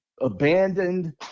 abandoned